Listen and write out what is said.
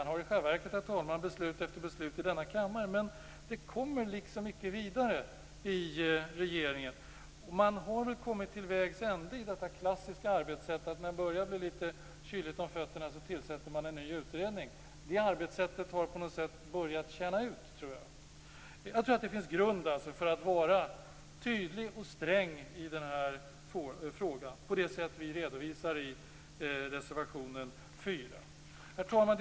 Man har i själva verket, herr talman, fattat beslut efter beslut i denna kammare, men det kommer liksom icke vidare i regeringen. Man har nu kommit till vägs ände i detta klassiska arbetssätt, att när det börjar bli litet kyligt om fötterna tillsätter man en ny utredning. Det arbetssättet har börjat tjäna ut, tror jag. Jag tror alltså att det finns grund för att vara tydlig och sträng i den här frågan, på det sätt vi redovisar i reservation 4. Herr talman!